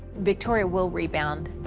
victoria will rebound.